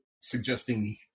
suggesting